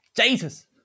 Jesus